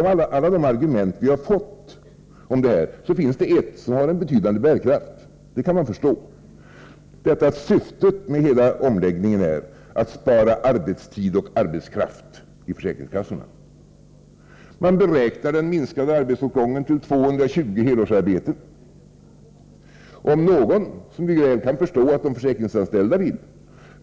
Av alla de argument som här anförts finns det ett som har en betydande bärkraft, och det kan man förstå. Det är detta att syftet med hela omläggningen är att spara arbetstid och arbetskraft på försäkringskassorna. Man beräknar att den minskade arbetsåtgången är 220 helårsarbeten. Om någon